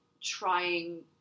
trying